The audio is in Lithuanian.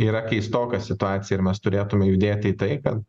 yra keistoka situacija ir mes turėtume judėt į tai ka